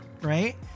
Right